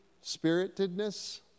spiritedness